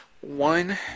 one